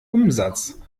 umsatz